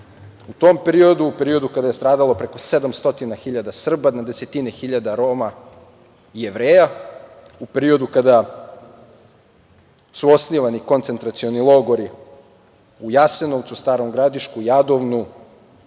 u tom periodu, u periodu kada je stradalo preko 700 Srba, na desetine hiljada Roma i Jevreja, u periodu kada su osnivani koncentracioni logori u Jasenovcu, Starom Gradišku, Jadovnu,